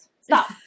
Stop